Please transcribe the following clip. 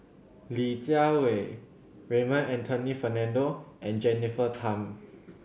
Li Jiawei Raymond Anthony Fernando and Jennifer Tham